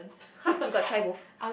!huh! you got try both